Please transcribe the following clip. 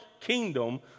kingdom